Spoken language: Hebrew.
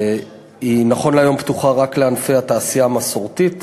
נכון להיום היא פתוחה רק לענפי התעשייה המסורתית.